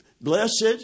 blessed